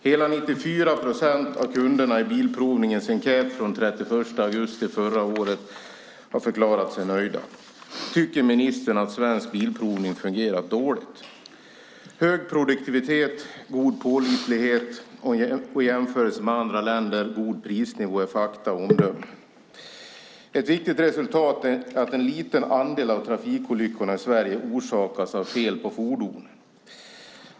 Hela 94 procent av kunderna i Bilprovningens enkät från den 31 augusti förra året har förklarat sig nöjda. Tycker ministern att Svensk Bilprovning fungerar dåligt? Hög produktivitet, god pålitlighet och i jämförelse med andra länder god prisnivå är fakta och omdömen. Ett viktigt resultat är att en liten andel av trafikolyckorna i Sverige orsakas av fel på fordon.